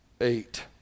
Eight